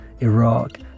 Iraq